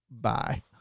bye